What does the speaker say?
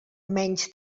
menys